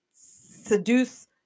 seduce